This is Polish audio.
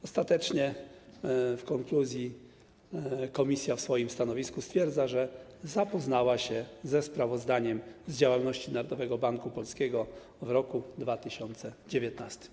Ostatecznie w konkluzji swojego stanowiska komisja stwierdza, że zapoznała się ze sprawozdaniem z działalności Narodowego Banku Polskiego w roku 2019.